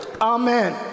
Amen